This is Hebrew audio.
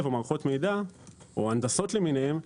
או מערכות מידע או הנדסות למיניהם,